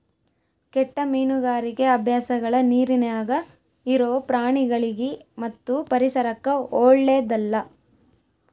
ಕೆಟ್ಟ ಮೀನುಗಾರಿಕಿ ಅಭ್ಯಾಸಗಳ ನೀರಿನ್ಯಾಗ ಇರೊ ಪ್ರಾಣಿಗಳಿಗಿ ಮತ್ತು ಪರಿಸರಕ್ಕ ಓಳ್ಳೆದಲ್ಲ